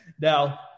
now